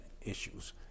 issues